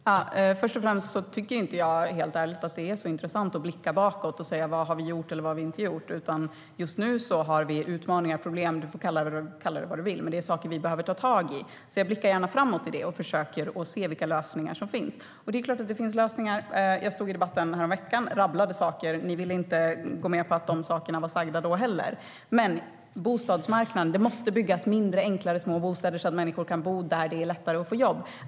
Herr talman! Först och främst tycker jag helt ärligt inte att det är så intressant att blicka bakåt och säga vad vi har gjort eller inte gjort. Vi har utmaningar - eller problem; du får kalla det vad du vill - vi behöver ta tag i just nu. Jag blickar alltså gärna framåt i det och försöker se vilka lösningar som finns. Det är klart att det finns lösningar. Jag stod i debatten häromveckan och rabblade saker, och ni ville inte gå med på att de sakerna sagts då heller. När det gäller bostadsmarknaden måste det byggas mindre, enklare bostäder så att människor kan bo där det är lättare att få jobb.